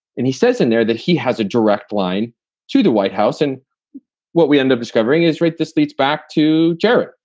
and he says in there that he has a direct line to the white house and what we end up discovering is right. this leads back to jared.